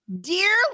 dear